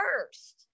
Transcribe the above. first